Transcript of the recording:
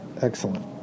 Excellent